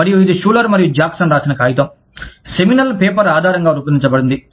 మరియు ఇది షులర్ మరియు జాక్సన్ రాసిన కాగితం సెమినల్ పేపర్ ఆధారంగా రూపొందించబడింది